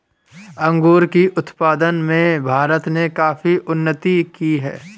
अंगूरों के उत्पादन में भारत ने काफी उन्नति की है